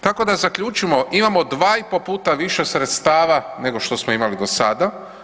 Tako da zaključimo, imamo 2,5 puta više sredstava nego što smo imali do sada.